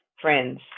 friends